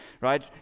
right